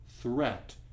threat